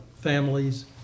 families